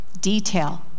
detail